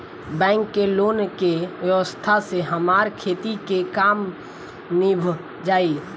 bank के loan के व्यवस्था से हमार खेती के काम नीभ जाई